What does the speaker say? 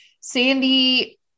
Sandy